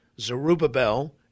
Zerubbabel